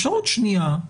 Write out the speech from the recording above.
אפשרות שנייה,